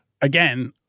again